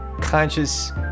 conscious